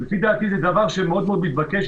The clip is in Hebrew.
לפי דעתי זה דבר מאוד מתבקש.